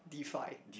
D five